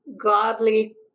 godly